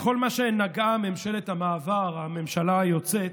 בכל מה שנגעה ממשלת המעבר, הממשלה היוצאת,